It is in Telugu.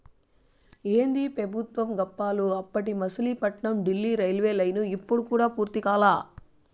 ఏందీ పెబుత్వం గప్పాలు, అప్పటి మసిలీపట్నం డీల్లీ రైల్వేలైను ఇప్పుడు కూడా పూర్తి కాలా